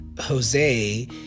jose